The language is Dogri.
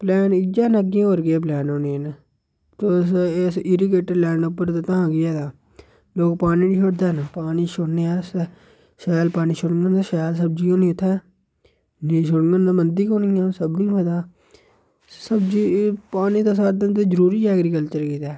प्लैन इ'यै न अग्गै होर केह् प्लैन होने न तुस इस इरीगेटेड लैंड उप्पर ते तां केह् ऐ लोग पानी निं छोड़दे हैन पानी छोड़ने अस होन्ने शैल पानी छोड़ने होन्ने शैल सब्जी होनी उत्थै नेईं छोड़ङन ते मनदी को निं ऐ पता सब्जी पानी ते साढ़े ताईं ते जरूरी ऐ एग्रीकल्चर गी ते